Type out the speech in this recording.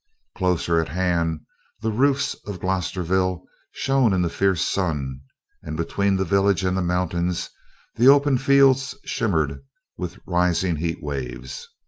closer at hand the roofs of glosterville shone in the fierce sun and between the village and the mountains the open fields shimmered with rising heat waves.